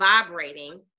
vibrating